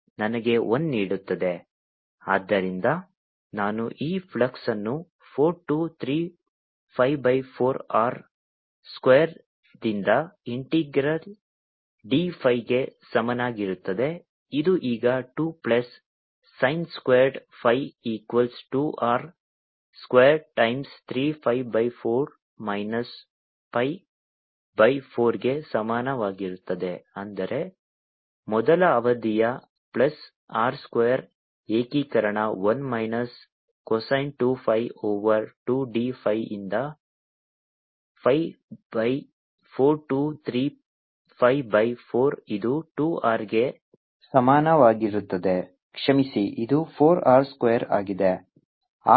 dS43π4dϕ01dz R22sin2ϕ ಆದ್ದರಿಂದ ನಾನು ಈ ಫ್ಲಕ್ಸ್ ಅನ್ನು 4 ಟು 3 pi ಬೈ 4 Rರ್ ಸ್ಕ್ವೇರ್ದಿಂದ ಇಂಟಿಗ್ರಲ್ d phiಗೆ ಸಮನಾಗಿರುತ್ತದೆ ಇದು ಈಗ 2 plus sin square phi equals 2 R square times 3 pi by 4 minus pi by 4 ಗೆ ಸಮಾನವಾಗಿರುತ್ತದೆ ಅಂದರೆ ಮೊದಲ ಅವಧಿಯ ಪ್ಲಸ್ R ಸ್ಕ್ವೇರ್ ಏಕೀಕರಣ 1 minus cosine 2 phi over 2 d phi ಯಿಂದ pi by 4 to 3 pi by 4 ಇದು 2 R ಗೆ ಸಮಾನವಾಗಿರುತ್ತದೆ ಕ್ಷಮಿಸಿ ಇದು R ಸ್ಕ್ವೇರ್ ಆಗಿದೆ